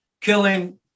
killing